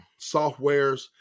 softwares